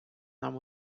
нам